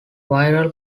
viral